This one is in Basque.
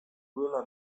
duela